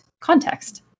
context